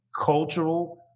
cultural